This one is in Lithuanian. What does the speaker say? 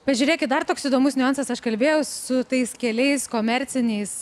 pažiūrėkit dar toks įdomus niuansas aš kalbėjau su tais keliais komerciniais